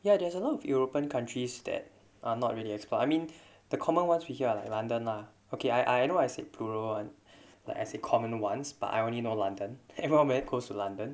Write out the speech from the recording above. ya there's a lot of european countries that are not really explore I mean the common ones which are like london lah okay I know I said bureau on the as a common ones but I only know london everyone were close to london